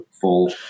full